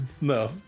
No